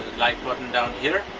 like button down here.